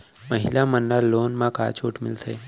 महिला मन ला लोन मा का छूट मिलथे?